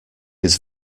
his